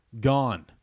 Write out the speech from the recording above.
Gone